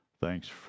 thanks